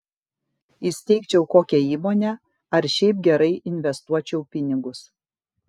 įsteigčiau kokią įmonę ar šiaip gerai investuočiau pinigus